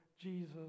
Jesus